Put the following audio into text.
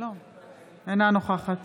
אינה נוכחת